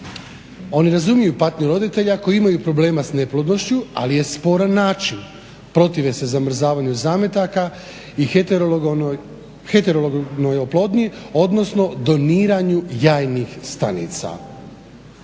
Oni razumiju patnju roditelja koji imaju problema s neplodnošću ali je spor način. Protive se zamrzavanju zametaka i heterolognoj oplodnji odnosno doniranju jajnih stanica.